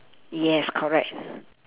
yes correct